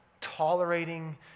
tolerating